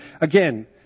again